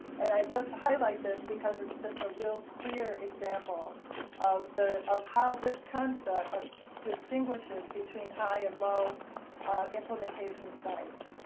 and i just highlight this because it's just a real clear example of the of how this construct distinguishes between high and low implementation sites.